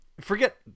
Forget